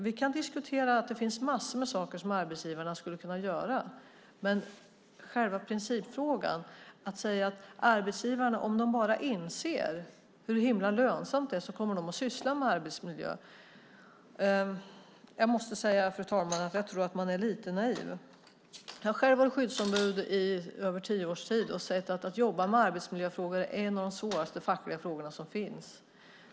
Vi kan diskutera att det finns massor av saker som arbetsgivarna kan göra, men att säga att det är en principfråga och att arbetsgivarna måste inse hur lönsamt det är att syssla med arbetsmiljöfrågor visar att man är lite naiv. Jag har själv varit skyddsombud i över tio års tid, och jag har sett att arbetsmiljöfrågor hör till de svåraste fackliga frågorna som finns.